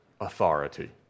authority